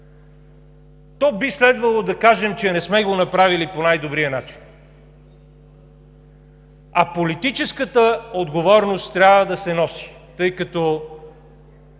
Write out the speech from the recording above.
то би следвало да кажем, че не сме го направили по най-добрия начин, а политическата отговорност трябва да се носи, тъй като